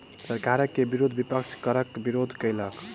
सरकार के विरुद्ध विपक्ष करक विरोध केलक